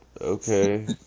okay